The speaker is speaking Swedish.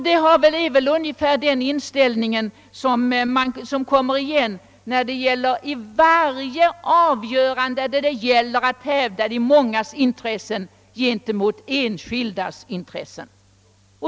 Det är väl ungefär denna inställning som går igen i varje avgörande där det gäller att hävda de mångas intressen gentemot enskildas intressen.